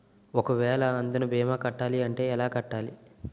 ఒక వేల అందునా భీమా కట్టాలి అంటే ఎలా కట్టాలి?